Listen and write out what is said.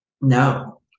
No